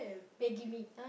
Maggi mee